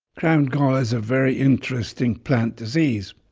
crown gall is a very interesting plant disease.